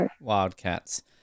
Wildcats